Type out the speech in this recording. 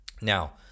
Now